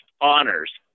honors